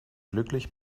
glücklich